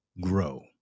grow